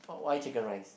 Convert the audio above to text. why Chicken Rice